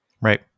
Right